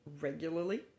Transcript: regularly